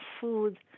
food